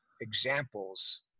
Examples